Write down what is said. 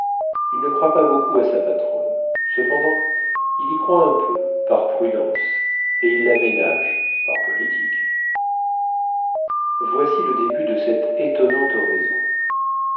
il ne croit pas beaucoup à sa patronne cependant il y croit un peu par prudence et il la ménage par politique voici le début de cette étonnante oraison